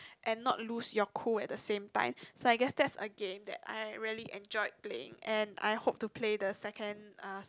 and not lose your cool at the same time so I guess that a game that I really enjoyed playing and I hope the second ask